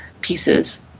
pieces